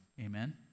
Amen